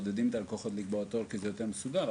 מעודדים את הלקוחות לקבוע תור כי זה יותר מסודר,